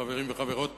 חברים וחברות,